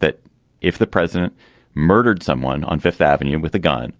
that if the president murdered someone on fifth avenue with a gun